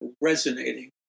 resonating